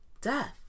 death